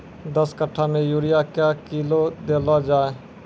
दस कट्ठा मे यूरिया क्या किलो देलो जाय?